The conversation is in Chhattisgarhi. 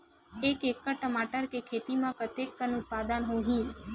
एक एकड़ टमाटर के खेती म कतेकन उत्पादन होही?